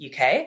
UK